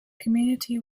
community